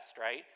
right